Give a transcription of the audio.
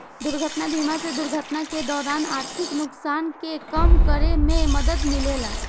दुर्घटना बीमा से दुर्घटना के दौरान आर्थिक नुकसान के कम करे में मदद मिलेला